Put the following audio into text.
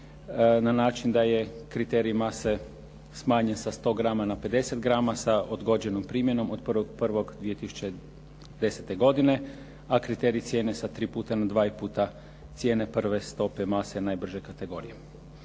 na način da je kriterij mase smanjen sa 100 grama na 50 grama sa odgođenom primjenom od 1.1.2010. godine, a kriterij cijene sa tri puta na dva puta cijene prve stope mase najbrže kategorije.